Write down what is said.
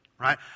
right